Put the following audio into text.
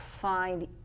find